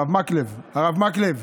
הרב מקלב,